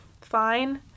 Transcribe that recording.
fine